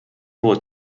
było